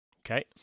Okay